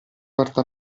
porta